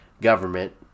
government